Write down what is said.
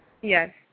Yes